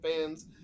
fans